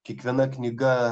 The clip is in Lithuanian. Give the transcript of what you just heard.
kiekviena knyga